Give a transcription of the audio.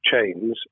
chains